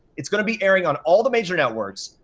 it's gonna be airing on all the major networks,